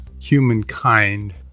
humankind